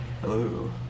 Hello